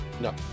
No